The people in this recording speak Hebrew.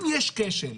אם יש כשל,